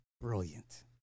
Brilliant